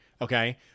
Okay